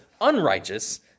unrighteous